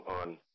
on